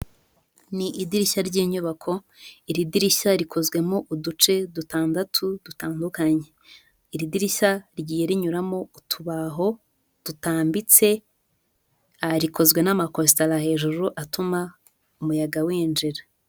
Ni idirishya ry'inyubako, iri dirishya rikozwemo uduce dutandatu dutandukanye, iri dirishya rigiye rinyuramo utubaho dutambitse, rikozwe n'amakositara hejuru atuma umuyaga winjira.